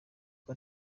uko